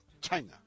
China